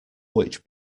which